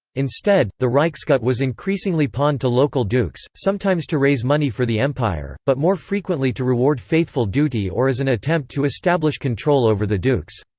instead, the reichsgut was increasingly pawned to local dukes, sometimes to raise money for the empire, but more frequently to reward faithful duty or as an attempt to establish control over the dukes.